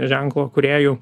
ženklo kūrėjų